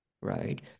right